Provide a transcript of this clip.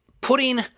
putting